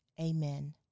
amen